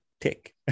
tick